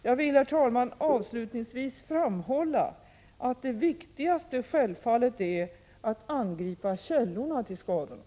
Jag vill, herr talman, avslutningsvis framhålla att det viktigaste självfallet är att angripa källorna till skadorna.